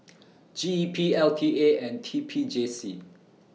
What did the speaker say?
G E P L T A and T P J C